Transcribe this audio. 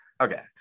okay